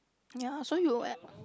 ya so you at